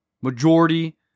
majority